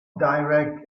direct